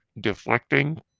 deflecting